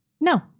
no